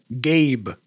Gabe